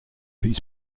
his